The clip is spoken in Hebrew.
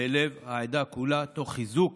בלב העדה כולה, תוך חיזוק